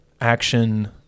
action